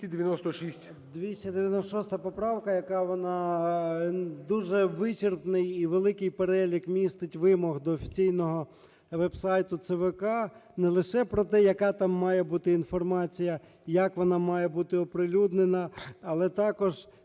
296 поправка, яка, вона… дуже вичерпний і великий перелік містить вимог до офіційного веб-сайту ЦВК не лише про те, яка там має бути інформація, як вона має бути оприлюднена, але також